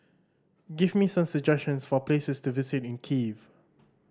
give me some suggestions for places to visit in Kiev